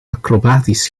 acrobatisch